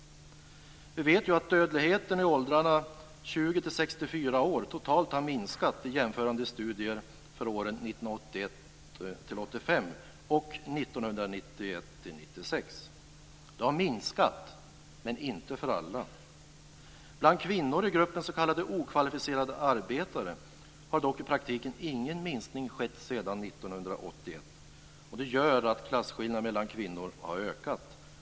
Vi vet ju att dödligheten i åldrarna 20-64 år totalt har minskat, enligt jämförande studier för åren 1981-1985 och 1991-1996. Den har minskat, men inte för alla. Bland kvinnor i gruppen s.k. okvalificerade arbetare har dock i praktiken ingen minskning skett sedan 1981, och detta gör att klasskillnaderna mellan kvinnor har ökat.